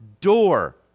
door